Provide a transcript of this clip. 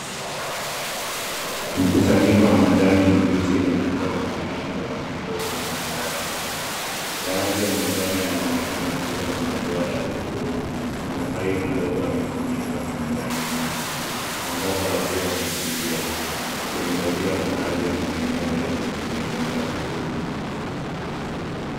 Mkusanyiko wa majani mabichi yenye umbo la mviringo na kingo zenye mistari. Baadhi ya majani yanaonekana kuwa na madoa ya hudhurungi na matawi madogo yamefunikwa na majani haya. Mwangaza wa jua unaingia ukiangazia baadhi ya maeneo ya kutengeneza vivuli.